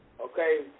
Okay